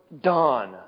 done